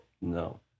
No